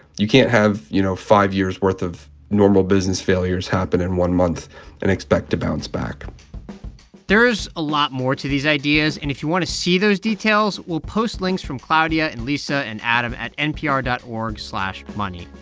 you can't have, you know, five years' worth of normal business failures happen in one month and expect to bounce back there is a lot more to these ideas. and if you want to see those details, we'll post links from claudia and lisa and adam at npr dot org slash money.